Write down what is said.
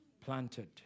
Planted